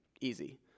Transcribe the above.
easy